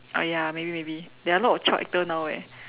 oh ya maybe maybe there are a lot of child actor now eh